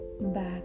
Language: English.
Back